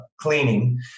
cleaning